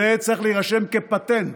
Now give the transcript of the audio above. זה צריך להירשם כפטנט,